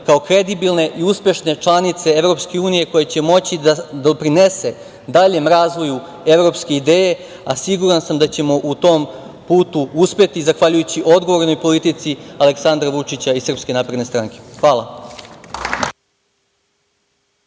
kao kredibilne i uspešne članice EU, koja će moći da doprinese daljem razvoju evropske ideje, a siguran sam da ćemo u tom putu uspeti zahvaljujući odgovornoj politici Aleksandra Vučića i SNS. Hvala.